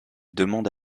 demande